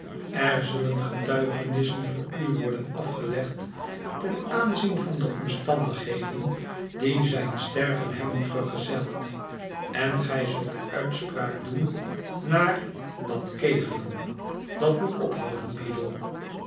er zullen getuigenissen voor u worden afgelegd ten aanzien van de omstandigheden die zijn sterven hebben vergezeld en gij zult uitspraak doen naar dat kegelen dat moet ophouden b